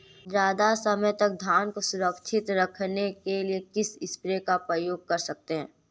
ज़्यादा समय तक धान को सुरक्षित रखने के लिए किस स्प्रे का प्रयोग कर सकते हैं?